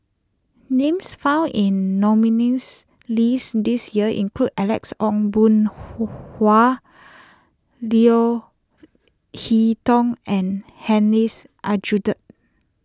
names found in the nominees' list this year include Alex Ong Boon Hau Leo Hee Tong and Hussein Aljunied